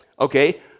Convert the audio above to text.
Okay